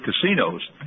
casinos